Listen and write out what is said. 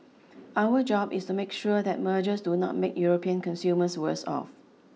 our job is to make sure that mergers do not make European consumers worse off